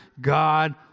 God